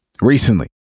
recently